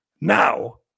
now